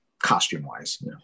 Costume-wise